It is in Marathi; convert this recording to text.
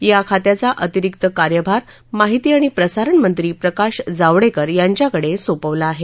या खात्याचा अतिरिक्त कार्यभार माहिती आणि प्रसारणमंत्री प्रकाश जावडेकर यांच्याकडे सोपवला आहे